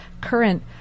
current